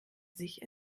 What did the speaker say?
sich